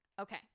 Okay